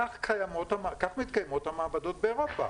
כך מתקיימות המעבדות באירופה.